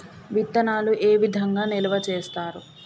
విత్తనాలు ఏ విధంగా నిల్వ చేస్తారు?